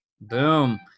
Boom